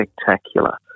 spectacular